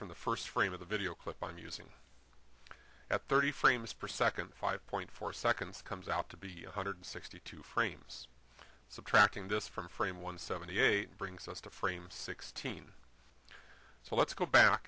from the first frame of the video clip on using at thirty frames per second five point four seconds comes out to be one hundred sixty two frames subtracting this from frame one seventy eight brings us to frame sixteen so let's go back